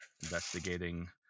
investigating